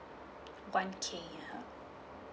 one K uh